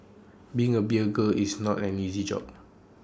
being A beer girl is not an easy job